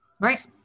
Right